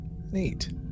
neat